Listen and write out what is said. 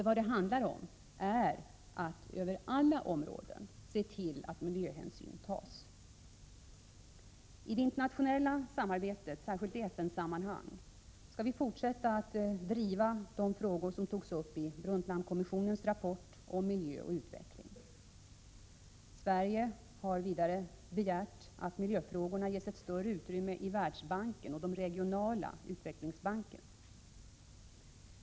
Vad det handlar om är att över alla områden se till, att miljöhänsyn tas. I det internationella samarbetet, särskilt i FN-sammanhang, fortsätter vi att driva de frågor som togs upp i Brundtlandkommissionens rapport om miljö och utveckling. Sverige har vidare begärt att miljöfrågorna ges större utrymme i Världsbanken och i de regionala utvecklingsbankerna.